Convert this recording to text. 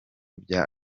byaba